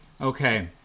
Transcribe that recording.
Okay